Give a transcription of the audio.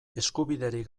eskubiderik